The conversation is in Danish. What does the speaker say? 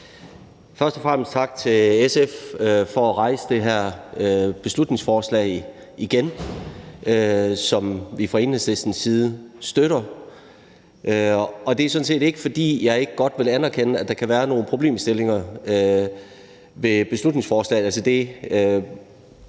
Først og fremmest tak til SF for igen at fremsætte det her beslutningsforslag, som vi fra Enhedslistens side støtter. Det er sådan set ikke, fordi jeg ikke godt vil anerkende, at der kan være nogle problemstillinger ved beslutningsforslaget,